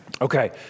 Okay